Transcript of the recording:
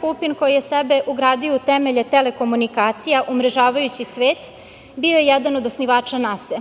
Pupin, koji je sebe ugradio u temelje telekomunikacija umrežavajući svet, bio je jedan od osnivača NASE,